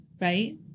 right